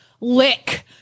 lick